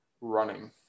running